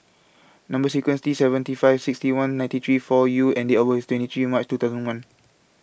Number sequence T seventy five sixty one ninety three four U and Date of birth IS twenty three March two thousand and one